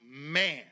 man